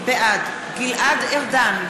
בעד גלעד ארדן,